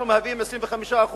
אנחנו מהווים 25%,